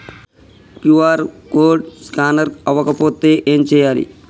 QR code scanner అవ్వకపోతే ఏం చేయాలి?